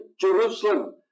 Jerusalem